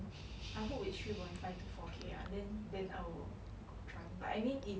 I hope it's three point five to four k ah then then I will join but I mean if